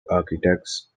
architects